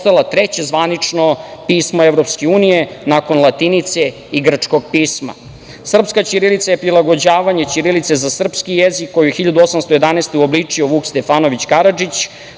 postala treće zvanično pismo EU, nakon latinice i grčkog pisma. Srpska ćirilica je prilagođavanje ćirilice za srpski jezik koju je 1811. godine uobličio Vuk Stefanović Karadžić.